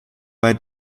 bei